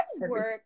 work